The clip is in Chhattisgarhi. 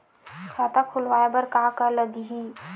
खाता खुलवाय बर का का लगही?